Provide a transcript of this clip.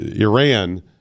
Iran